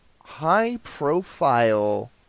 high-profile